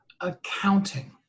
Accounting